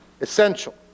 Essential